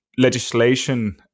legislation